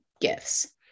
gifts